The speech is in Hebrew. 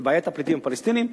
לבעיית הפליטים הפלסטינים,